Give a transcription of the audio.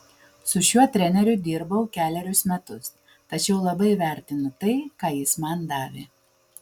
su šiuo treneriu dirbau kelerius metus tačiau labai vertinu tai ką jis man davė